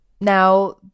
Now